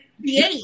create